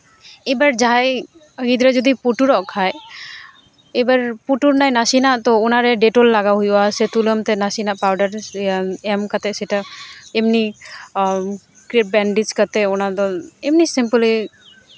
ᱮᱭᱵᱟᱨ ᱡᱟᱦᱟᱸᱭ ᱜᱤᱫᱽᱨᱟᱹ ᱡᱩᱫᱤ ᱯᱩᱴᱩᱨᱚᱜ ᱠᱷᱟᱡ ᱮᱵᱟᱨ ᱯᱩᱴᱩᱨᱱᱟᱭ ᱱᱟᱥᱮᱱᱟᱜ ᱛᱚ ᱚᱱᱟᱨᱮ ᱰᱮᱴᱚᱞ ᱞᱟᱜᱟᱣ ᱦᱩᱭᱩᱜᱼᱟ ᱥᱮ ᱛᱩᱞᱟᱹᱢ ᱛᱮ ᱱᱟᱥᱮᱱᱟᱜ ᱯᱟᱣᱰᱟᱨ ᱮᱢ ᱠᱟᱛᱮ ᱥᱮᱴᱟ ᱮᱢᱱᱤ ᱠᱨᱮᱯ ᱵᱮᱱᱰᱮᱡᱽ ᱠᱟᱛᱮ ᱚᱱᱟᱫᱚ ᱮᱢᱱᱤ ᱥᱮᱢᱯᱮᱞᱤ